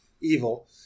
evil